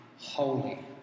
holy